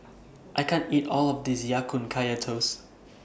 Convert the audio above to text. I can't eat All of This Ya Kun Kaya Toast